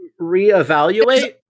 reevaluate